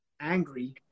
angry